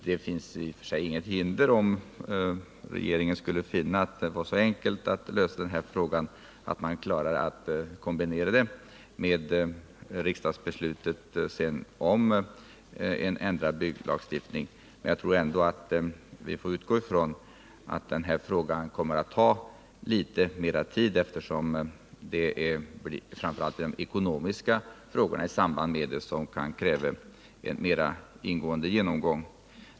Det finns i och för sig inget hinder att koppla samman frågorna, om regeringen skulle finna att det är så enkelt att lösa denna fråga att man klarar att kombinera den med riksdagsbeslutet om en ändrad bygglagstiftning. Men jag tror ändå att vi får utgå ifrån att denna fråga kommer att ta litet mera tid, eftersom framför allt de ekonomiska frågorna kan komma att kräva mera ingående genomgång.